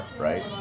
right